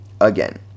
again